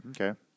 Okay